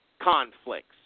conflicts